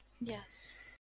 Yes